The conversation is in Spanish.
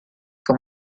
con